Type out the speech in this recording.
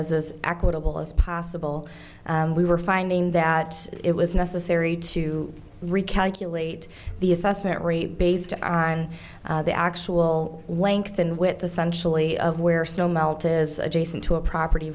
as equitable as possible and we were finding that it was necessary to recalculate the assessment rate based on the actual length and with the sensually of where snow melt is adjacent to a property